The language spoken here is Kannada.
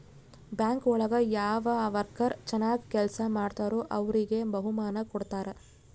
ಬ್ಯಾಂಕ್ ಒಳಗ ಯಾವ ವರ್ಕರ್ ಚನಾಗ್ ಕೆಲ್ಸ ಮಾಡ್ತಾರೋ ಅವ್ರಿಗೆ ಬಹುಮಾನ ಕೊಡ್ತಾರ